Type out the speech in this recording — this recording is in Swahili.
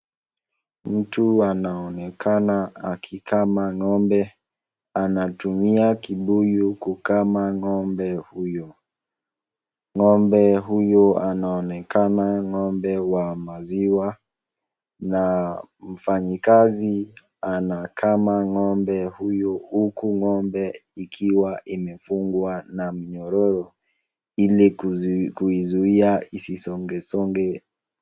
Mtu anaonekana akikama ng'ombe. Anatumia kibuyu kukama ng'ombe huyo. Ng'ombe huyo anaonekana ng'ombe wa maziwa na mfanyikazi anakama ng'ombe huyo huku ng'ombe ikiwa imefungwa na mnyororo ili kuizuia isisongesonge.